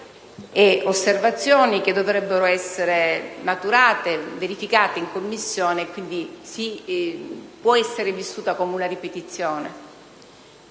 e osservazioni che dovrebbero essere maturati, verificati in Commissione; quindi questa fase può essere vissuta come una ripetizione.